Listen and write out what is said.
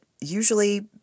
usually